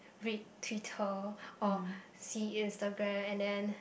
read Twitter or see Instagram and then